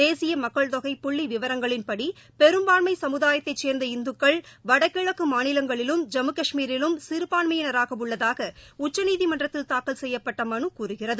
தேசிய மக்கள் தொகை புள்ளி விவரங்களின்படி பெரும்பான்மை சமுதாயத்தைச் சேர்ந்த இந்துக்கள் வடகிழக்கு மாநிலங்களிலும் ஜம்மு கஷ்மீரிலும் சிறுபான்மையினராக உள்ளதாக உச்சநீதிமன்றத்தில் தாக்கல் செய்யப்பட்ட மனு கூறுகிறது